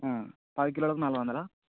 పది కిలోలకు నాలుగొందలా